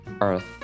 Earth